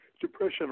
Depression